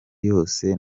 yose